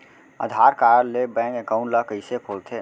आधार card ले bank account ल कइसे खोलथे?